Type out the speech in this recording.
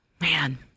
man